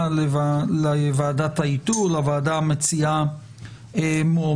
לוועדת האיתור, לוועדה המציע מועמדים.